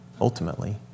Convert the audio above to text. Ultimately